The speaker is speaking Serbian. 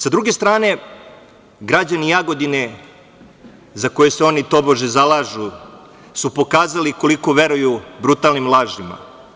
Sa druge strane, građani Jagodine, za koje se oni tobože zalažu, su pokazali koliko veruju brutalnim lažima.